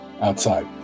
outside